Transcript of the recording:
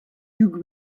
hugh